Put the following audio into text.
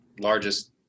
largest